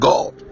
God